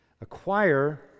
Acquire